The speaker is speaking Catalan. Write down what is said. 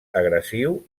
agressiu